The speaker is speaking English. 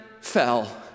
fell